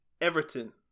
Everton